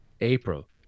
April